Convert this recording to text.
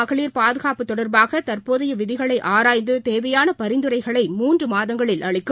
மகளிர் பாதுகாப்பு தொடர்பாக தற்போதைய விதிகளை ஆராய்ந்து தேவையான பரிந்துரைகளை மூன்று மாதங்களில் அளிக்கும்